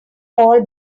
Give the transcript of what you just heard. all